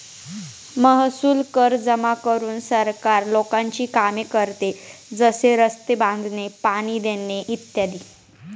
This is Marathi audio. महसूल कर जमा करून सरकार लोकांची कामे करते, जसे रस्ते बांधणे, पाणी देणे इ